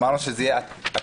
אמרנו שזה אתר.